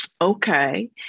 okay